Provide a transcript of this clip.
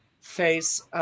face